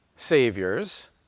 saviors